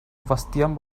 bastián